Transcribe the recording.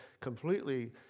completely